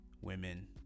Women